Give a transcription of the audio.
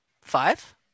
Five